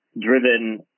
driven